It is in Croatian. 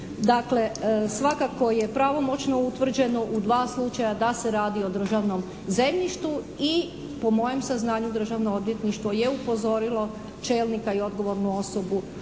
Dakle svakako je pravomoćno utvrđeno u dva slučaja da se radi o državnom zemljištu i po mojem saznanju Državno odvjetništvo je upozorilo čelnika i odgovornu osobu